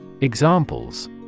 Examples